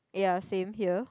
ya same here